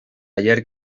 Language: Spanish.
ayer